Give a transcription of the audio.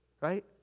right